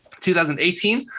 2018